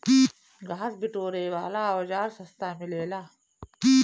घास बिटोरे वाला औज़ार सस्ता मिलेला